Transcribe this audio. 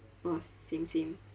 !wah! same same